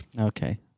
Okay